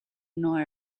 nor